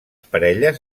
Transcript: parelles